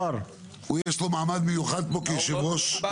יש לו מעמד מיוחד פה כיושב ראש הקודם.